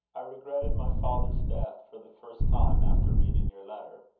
i regretted my father's death, for the first time, after reading your letter,